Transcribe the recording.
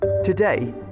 Today